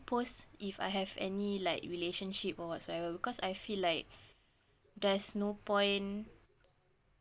post if I have any like relationship or whatsoever because I feel like there's no point